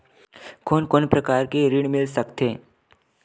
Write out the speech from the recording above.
कोन कोन प्रकार के ऋण मिल सकथे?